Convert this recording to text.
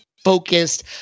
Focused